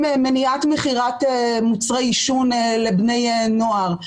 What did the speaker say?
עם מניעת מכירת מוצרי עישון לבני נוער,